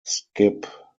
skip